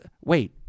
Wait